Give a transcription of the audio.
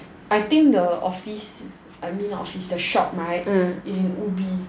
I think the office I mean not office the shop right is in ubi